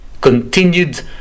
continued